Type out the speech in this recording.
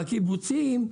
בקיבוצים,